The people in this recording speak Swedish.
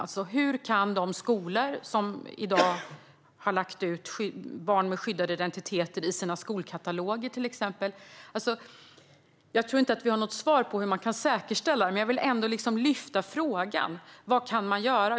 Det handlar till exempel om de skolor som i dag har haft med barn med skyddade identiteter i sina skolkataloger. Jag tror inte att vi har något svar på hur man kan säkerställa detta, men jag vill ändå ställa frågan vad man kan göra.